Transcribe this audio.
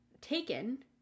taken